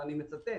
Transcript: ואני מצטט: